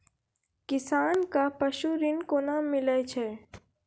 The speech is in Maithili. किसान कऽ पसु ऋण कोना मिलै छै?